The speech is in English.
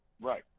Right